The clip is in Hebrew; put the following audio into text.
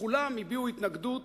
וכולם הביעו התנגדות